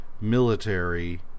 military